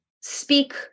speak